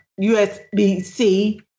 USB-C